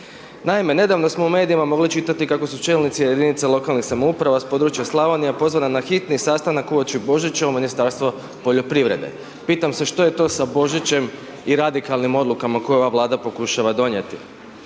Naime, nedavno smo u medijima mogli čitati kako su čelnici jedinica lokalnih samouprava s područja Slavonije pozvani na hitni sastanak uoči Božića u Ministarstvo poljoprivrede. Pitam se što je to sa Božićem i radikalnim odlukama koje ove Vlada pokušava donijeti.